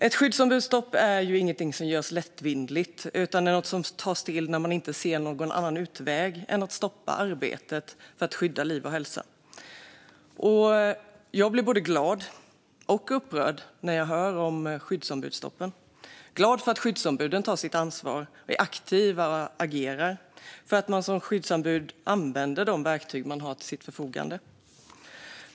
Ett skyddsombudsstopp är inget som görs lättvindigt, utan det är något som tas till när man inte ser någon annan utväg än att stoppa arbetet för att skydda liv och hälsa. Jag blir både glad och upprörd när jag hör om skyddsombudsstoppen. Jag blir glad för att skyddsombuden tar sitt ansvar, är aktiva, agerar och använder de verktyg de har till sitt förfogande.